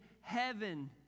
heaven